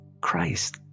Christ